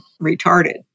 retarded